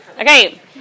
Okay